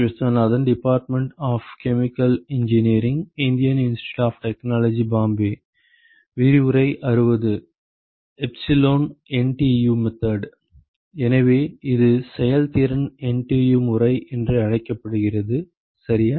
epsilon NTU method எனவே இது செயல்திறன் NTU முறை என்று அழைக்கப்படுகிறது சரியா